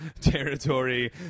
territory